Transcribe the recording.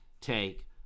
take